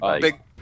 Big